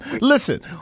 Listen